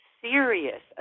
serious